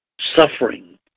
suffering